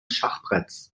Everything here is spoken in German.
schachbretts